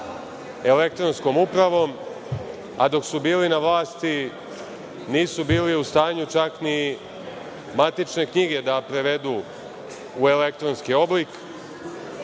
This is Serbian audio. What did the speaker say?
elektronskom upravom, a dok su bili na vlasti nisu bili u stanju, čak, ni matične knjige da prevedu u elektronski oblik.